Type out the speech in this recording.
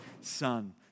son